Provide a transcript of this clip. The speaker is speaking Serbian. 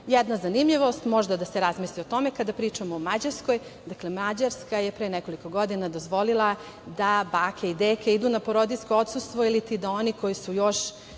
tome. Jedna zanimljivost, možda da se razmisli o tome. Kada pričamo o Mađarskoj, Mađarska je pre nekoliko godina dozvolila da bake i deke idu na porodiljsko odsustvo ili da oni koji još